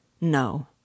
No